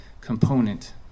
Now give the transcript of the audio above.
component